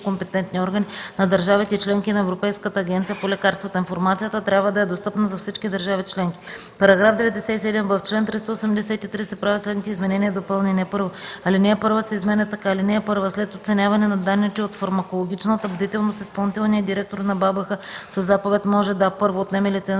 компетентни органи на държавите членки и на Европейската агенция по лекарствата. Информацията трябва да е достъпна за всички държави членки.” § 97б. В чл. 383 се правят следните изменения и допълнения: 1. Алинея 1 се изменя така: „(1) След оценяване на данните от фармакологичната бдителност изпълнителният директор на БАБХ със заповед може да: 1. отнеме лиценза